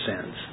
sins